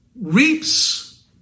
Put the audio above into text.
reaps